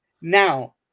Now